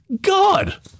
God